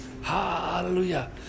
Hallelujah